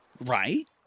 Right